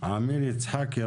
עמיר יצחקי,